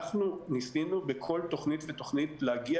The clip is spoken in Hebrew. אנחנו ניסינו בכל תוכנית ותוכנית להגיע